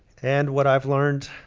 and what i've learned